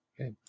Okay